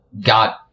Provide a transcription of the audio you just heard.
got